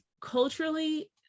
culturally